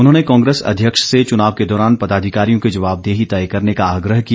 उन्होंने कांग्रेस अध्यक्ष से चुनाव के दौरान पदाधिकारियों की जवाबदेही तय करने का आग्रह किया